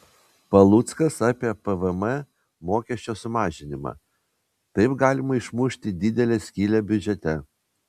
paluckas apie pvm mokesčio sumažinimą taip galima išmušti didelę skylę biudžete